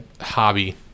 hobby